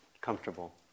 comfortable